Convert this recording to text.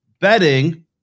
betting